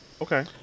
Okay